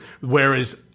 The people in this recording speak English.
Whereas